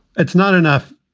it's not enough.